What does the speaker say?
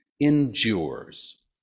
endures